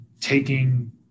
taking